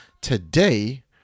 Today